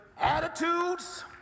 Attitudes